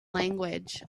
language